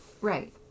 Right